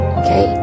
okay